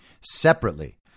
Separately